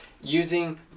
using